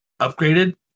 upgraded